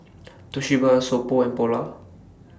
Toshiba So Pho and Polar